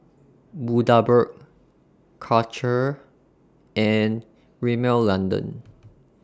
Bundaberg Karcher and Rimmel London